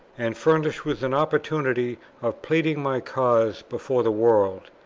and furnished with an opportunity of pleading my cause before the world,